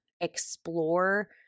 explore